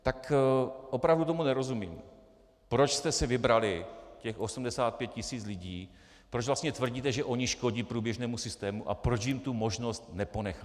Tak opravdu tomu nerozumím, proč jste si vybrali těch 85 tisíc lidí, proč vlastně tvrdíte, že oni škodí průběžnému systému, a proč jim tu možnost neponecháte.